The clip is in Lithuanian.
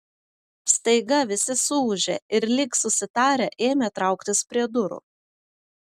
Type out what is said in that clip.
staiga visi suūžė ir lyg susitarę ėmė trauktis prie durų